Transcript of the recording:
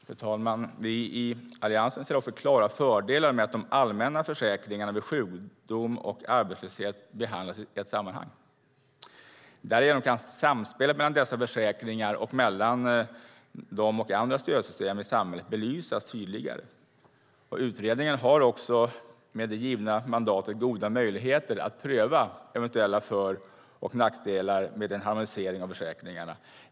Fru talman! Vi i Alliansen ser klara fördelar med att de allmänna försäkringarna vid sjukdom och arbetslöshet behandlas i ett sammanhang. Därigenom kan samspelet mellan dessa försäkringar och mellan dem och andra stödsystem i samhället belysas tydligare. Utredningen har också med det givna mandatet goda möjligheter att pröva eventuella för och nackdelar med en harmonisering av försäkringarna.